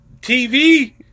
tv